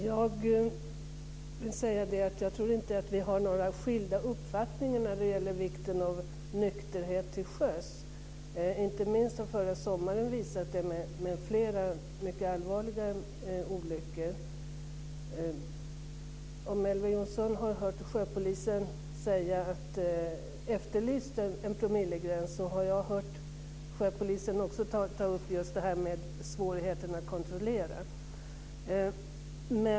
Fru talman! Jag tror inte att vi har några skilda uppfattningar när det gäller vikten av nykterhet till sjöss. Inte minst har förra sommaren, med flera mycket allvarliga olyckor, visat på det. Om Elver Jonsson har hört sjöpolisen efterlysa en promillegräns så har jag hört sjöpolisen också ta upp just det här med svårigheten att kontrollera.